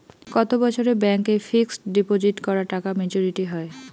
কত বছরে ব্যাংক এ ফিক্সড ডিপোজিট করা টাকা মেচুউরিটি হয়?